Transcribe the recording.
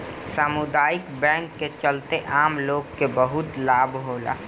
सामुदायिक बैंक के चलते आम लोग के बहुत लाभ होता